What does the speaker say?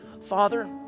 Father